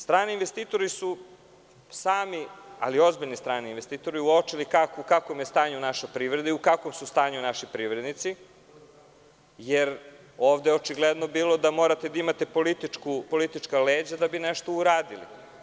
Strani investitori su sami, ali ozbiljni strani investitori, uočili u kakvom je stanju naša privreda i u kakvom su stanju naši privrednici jer je ovde očigledno bilo da morate da imate politička leđa da bi nešto uradili.